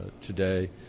today